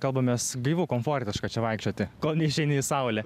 kalbamės gaivu komfortiška čia vaikščioti kol neišeini į saulę